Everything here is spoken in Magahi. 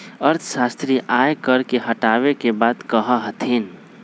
अर्थशास्त्री आय कर के हटावे के बात कहा हथिन